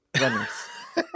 Runners